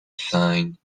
sign